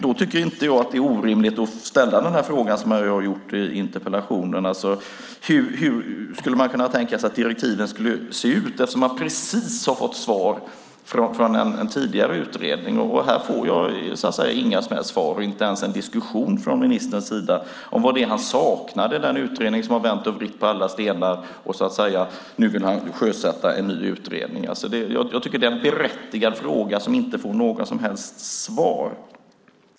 Då tycker jag inte att det är orimligt att ställa frågan i interpellationen: Hur skulle man kunna tänka sig att direktiven ska se ut? Man har ju precis fått svar från en tidigare utredning. Men jag får inga som helst svar, inte ens en diskussion från ministern om vad det är han saknar i den utredning som har vänt och vridit på alla stenar. Nu vill han i stället sjösätta en ny utredning. Jag tycker att jag ställer en berättigad fråga, men den får inte några som helst svar.